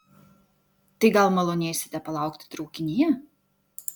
tai gal malonėsite palaukti traukinyje